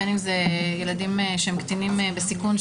בין אם זה ילדים שהם קטינים בסיכון,